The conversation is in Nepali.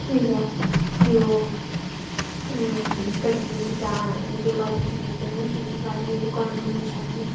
र त्यो प्रतियोगिताले गर्दाखेरि पनि खेतीबारीहरू गर्न नछाड्ने